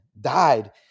died